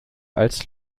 als